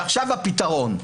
ועכשיו הפתרון,